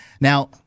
Now